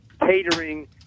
catering